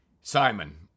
Simon